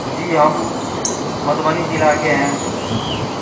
جی ہم مدھوبنی ضلع کے ہیں